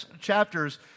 chapters